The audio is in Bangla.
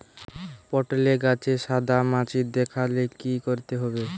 পটলে গাছে সাদা মাছি দেখালে কি করতে হবে?